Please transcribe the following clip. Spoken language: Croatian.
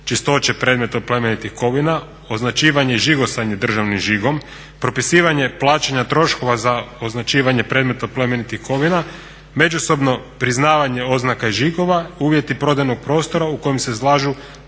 čistoće predmeta od plemenitih kovina, označivanje i žigosanje državnim žigom, propisivanje plaćanja troškova za označivanje predmeta od plemenitih kovina, međusobno priznavanje oznaka i žigova, uvjeti prodajnog prostora u kojem se izlažu